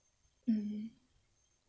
mm